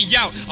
out